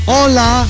Hola